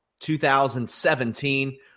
2017